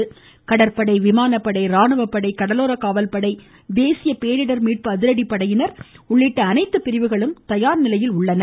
இதனிடையே கடற்படை விமானப்படை ராணுவப்படை கடலோர காவல்படை தேசிய பேரிடர் மீட்பு அதிரடிப்படையினர் உள்ளிட்ட அனைத்து பிரிவுகளும் தயார் நிலையில் உள்ளன